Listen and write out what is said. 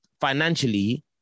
financially